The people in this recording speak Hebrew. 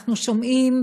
אנחנו שומעים,